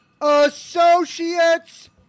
Associate's